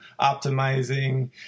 optimizing